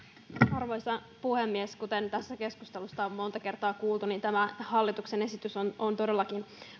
arvoisa puhemies kuten tässä keskustelussa on monta kertaa kuultu niin hallituksen esitys on on todellakin